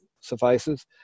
suffices